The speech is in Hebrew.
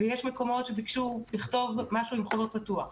ויש מקומות שביקשו לכתוב משהו עם חומר פתוח,